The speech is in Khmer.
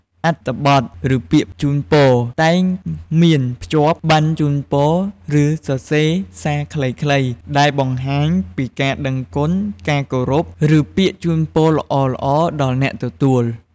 អត្ថបទឬពាក្យជូនពរ តែងមានភ្ជាប់ បណ្ណជូនពរ ឬសរសេរ សារខ្លីៗ ដែលបង្ហាញពីការដឹងគុណ ការគោរព ឬពាក្យជូនពរល្អៗដល់អ្នកទទួល។